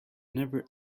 never